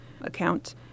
account